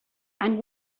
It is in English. and